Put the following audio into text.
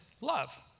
love